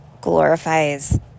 glorifies